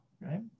right